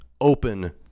open